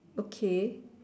okay